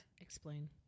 explain